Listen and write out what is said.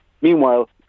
meanwhile